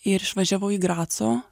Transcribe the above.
ir išvažiavau į graco